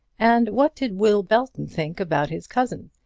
and what did will belton think about his cousin,